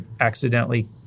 accidentally